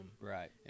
right